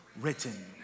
written